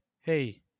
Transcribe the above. Hey